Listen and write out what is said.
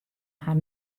har